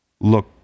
look